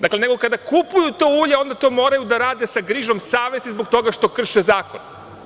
Dakle, kada kupuju to ulje onda to moraju da rade sa grižom savesti zbog toga što krše zakon.